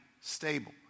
stable